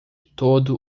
todo